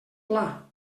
pla